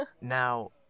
Now